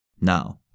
Now